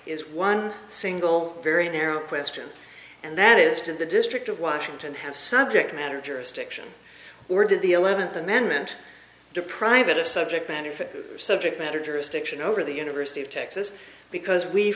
is one single very narrow question and that is did the district of washington have subject matter jurisdiction or did the eleventh amendment deprive it of subject benefit to subject matter jurisdiction over the university of texas because we